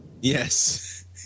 Yes